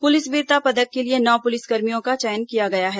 police वीरता पदक के लिए नौ पुलिसकर्मियों का चयन किया गया है